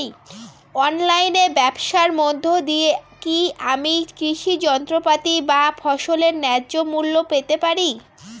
অনলাইনে ব্যাবসার মধ্য দিয়ে কী আমি কৃষি যন্ত্রপাতি বা ফসলের ন্যায্য মূল্য পেতে পারি?